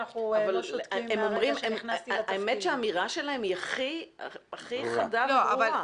האמת היא שהאמירה שלהם היא הכי חדה וברורה.